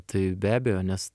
tai be abejo nes